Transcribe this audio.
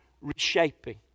reshaping